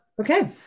okay